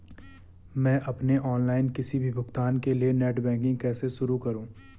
मैं अपने ऑनलाइन किसी भी भुगतान के लिए नेट बैंकिंग कैसे शुरु करूँ?